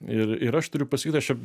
ir ir aš turiu pasakyti aš čia